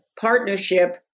partnership